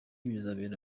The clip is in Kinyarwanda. bizabera